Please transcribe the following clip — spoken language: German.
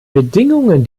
bedingungen